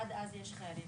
עד אז יש חיילים.